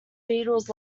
beatles